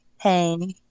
pain